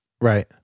Right